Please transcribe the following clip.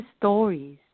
stories